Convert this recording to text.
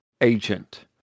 agent